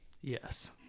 Yes